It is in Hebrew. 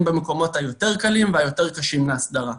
במקומות היותר קלים והיותר קשים להסדרה.